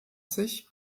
sich